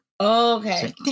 okay